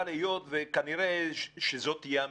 אבל היות שכנראה שזאת תהיה המציאות,